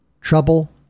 Trouble